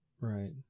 Right